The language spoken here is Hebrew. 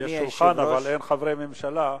יש שולחן, אבל אין חברי ממשלה.